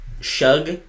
Shug